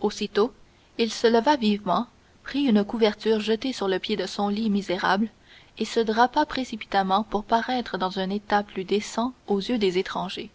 aussitôt il se leva vivement prit une couverture jetée sur le pied de son lit misérable et se drapa précipitamment pour paraître dans un état plus décent aux yeux des étrangers